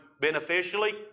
beneficially